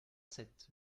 sept